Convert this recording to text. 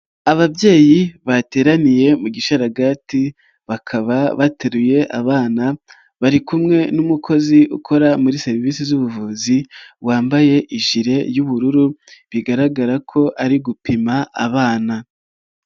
Ababyeyi bateraniye mu gisharagati bakaba bateruye abana bari kumwe n'umukozi ukora muri serivisi z'ubuvuzi wambaye ijire y'ubururu, bigaragara ko ari gupima abana.